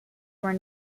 were